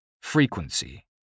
Frequency